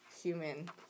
human